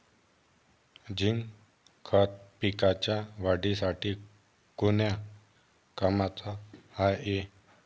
Zinc खत पिकाच्या वाढीसाठी कोन्या कामाचं हाये?